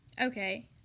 Okay